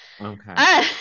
Okay